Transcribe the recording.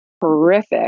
horrific